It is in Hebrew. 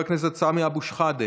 חבר הכנסת סמי אבו שחאדה,